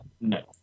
no